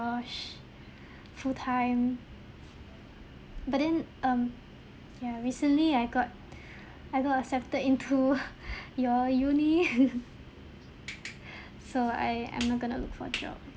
full time but then um ya recently I got I got accepted into your uni so I am not going to look for a job